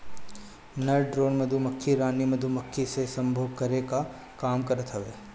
नर ड्रोन मधुमक्खी रानी मधुमक्खी से सम्भोग करे कअ काम करत हवे